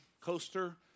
coaster